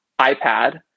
iPad